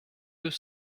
deux